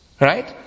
right